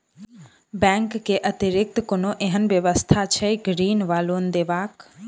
Bank केँ अतिरिक्त कोनो एहन व्यवस्था छैक ऋण वा लोनदेवाक?